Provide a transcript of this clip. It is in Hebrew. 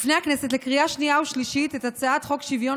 בפני הכנסת לקריאה שנייה ושלישית את הצעת חוק שוויון